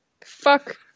Fuck